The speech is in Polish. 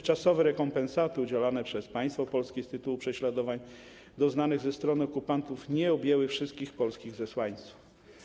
Dotychczasowe rekompensaty udzielane przez państwo polskie z tytułu prześladowań doznanych ze strony okupantów nie objęły wszystkich polskich zesłańców.